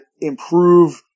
improve